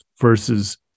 Versus